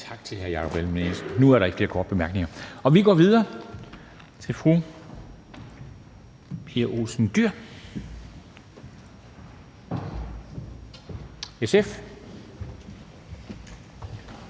Tak til hr. Jakob Ellemann-Jensen. Nu er der ikke flere korte bemærkninger. Vi går videre til fru Pia Olsen Dyhr, SF.